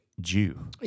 Jew